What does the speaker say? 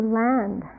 land